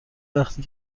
وقتی